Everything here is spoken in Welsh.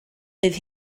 bydd